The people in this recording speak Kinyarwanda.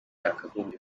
yakagombye